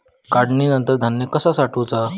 काढणीनंतर धान्य कसा साठवुचा?